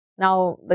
Now